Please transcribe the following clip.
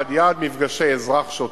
1. יעד מפגשי אזרח שוטר.